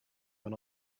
were